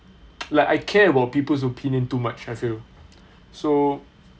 like I care about people's opinion too much I feel so